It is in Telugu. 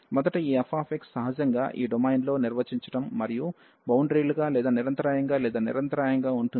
మొదట ఈ f సహజంగా ఈ డొమైన్లో నిర్వచించడం మరియు బౌండరీ లుగా లేదా నిరంతరాయంగా లేదా నిరంతరాయంగా ఉంటుందని అనుకుంటాము